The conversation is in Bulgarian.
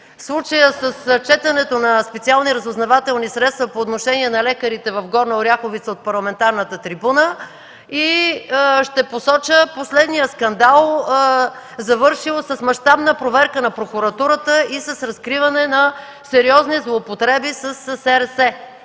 случая с четенето на специални разузнавателни средства по отношение на лекарите в Горна Оряховица от парламентарната трибуна и ще посоча последния скандал, завършил с мащабна проверка на прокуратурата и с разкриване на сериозни злоупотреби със СРС.